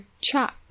CHOP